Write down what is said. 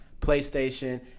PlayStation